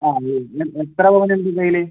ആ എത്ര പവനുണ്ട് കയ്യിൽ